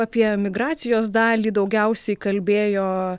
apie emigracijos dalį daugiausiai kalbėjo